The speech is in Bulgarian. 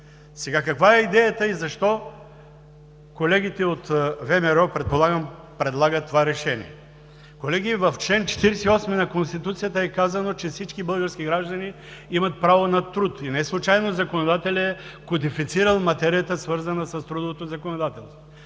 Каква е идеята и защо колегите от ВМРО, предполагам, предлагат това решение? Колеги, в чл. 48 на Конституцията е казано, че всички български граждани имат право на труд и неслучайно законодателят е кодифицирал материята, свързана с трудовото законодателство.